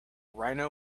rhino